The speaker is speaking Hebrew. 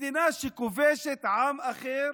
מדינה שכובשת עם אחר